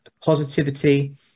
positivity